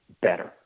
better